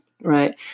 Right